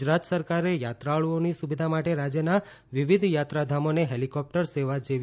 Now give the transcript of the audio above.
ગુજરાત સરકારે યાત્રાળુઓની સુવિધા માટે રાજ્યના વિવિધ યાત્રાધામોને હેલીકોપ્ટર સેવા જેવી